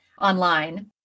online